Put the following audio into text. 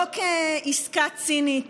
לא כעסקה צינית